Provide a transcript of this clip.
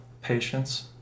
patience